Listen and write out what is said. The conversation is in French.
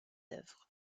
œuvres